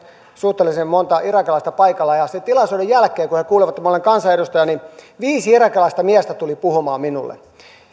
suhteellisen monta irakilaista paikalla sen tilaisuuden jälkeen kun he kuulivat että minä olen kansanedustaja viisi irakilaista miestä tuli puhumaan minulle